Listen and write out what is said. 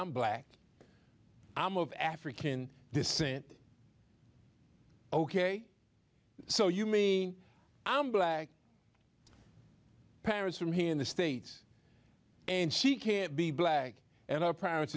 i'm black i'm of african descent ok so you mean i'm black paras from here in the states and she can't be black and our parents